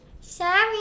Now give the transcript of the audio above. Sorry